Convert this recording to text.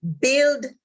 build